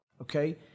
okay